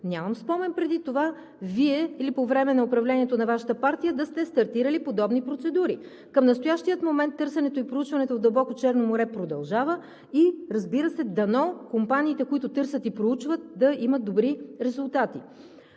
Нямам спомен преди това Вие или по време на управлението на Вашата партия да сте стартирали подобни процедури. Към настоящия момент търсенето и проучването в дълбоко Черно море продължава и, разбира се, дано компаниите, които търсят и проучват, да имат добри резултати.